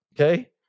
okay